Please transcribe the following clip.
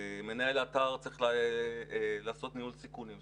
מנהל האתר צריך לעשות ניהול סיכונים.